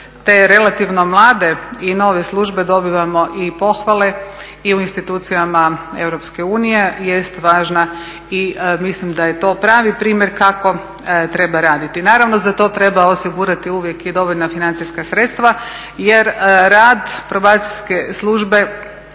te relativno mlade i nove službe dobivamo i pohvale i u institucijama EU jest važna i mislim da je to pravi primjer kako treba raditi. Naravno za to treba osigurati uvijek i dovoljna financijska sredstva, jer rad probacijske službe